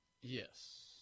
Yes